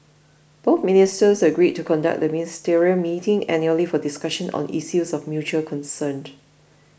both ministers agreed to conduct the ministerial meeting annually for discussions on issues of mutual concern